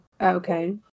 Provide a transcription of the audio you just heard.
okay